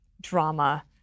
drama